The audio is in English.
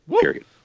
Period